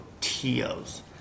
Tios